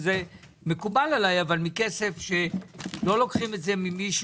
רק בלי לקחת כסף ממישהו